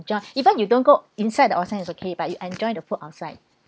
enjoyed even you don't go inside the onsen is okay but you enjoyed the food outside